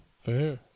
Fair